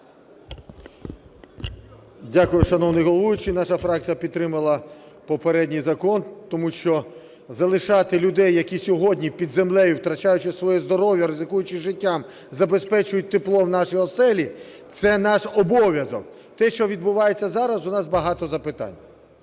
Дякую, шановний головуючий. Наша фракція підтримала попередній закон, тому що залишати людей, які сьогодні під землею, втрачаючи своє здоров'я, ризикуючи життям, забезпечують тепло в наші оселі, – це наш обов'язок. Те, що відбувається зараз, у нас багато запитань.